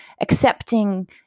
accepting